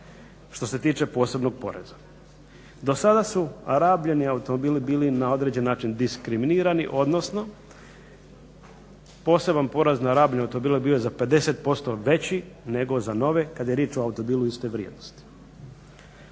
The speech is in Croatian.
što se tiče posebnog poreza. Do sada su rabljeni automobili bili na određen način diskriminirani odnosno poseban porez na rabljene automobile bio je za 50% veći nego za nove kada je riječ o automobilu iste vrijednosti.